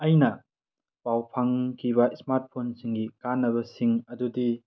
ꯑꯩꯅ ꯄꯥꯎ ꯐꯪꯈꯤꯕ ꯏꯁꯃꯥꯔꯠ ꯐꯣꯟꯁꯤꯡꯒꯤ ꯀꯥꯟꯅꯕꯁꯤꯡ ꯑꯗꯨꯗꯤ